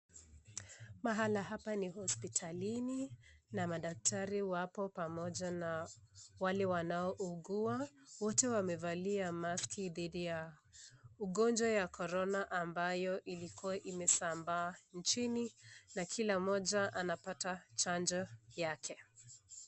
Mahala hapa ni hospitaini madaktari wapo pamoja na wale wanao ugua wote wamevalia maski ugonjwa wa korona iliyokuwa imesambaa nchini na kila moja anapata janjo yake.